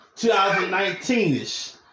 2019-ish